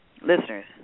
listeners